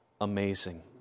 amazing